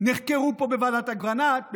נחקרו כאן בוועדת אגרנט,